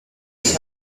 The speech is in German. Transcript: einen